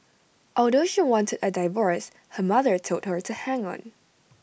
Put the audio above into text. although she wanted A divorce her mother told her to hang on